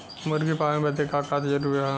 मुर्गी पालन बदे का का जरूरी ह?